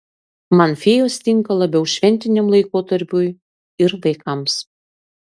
man fėjos tinka labiau šventiniam laikotarpiui ir vaikams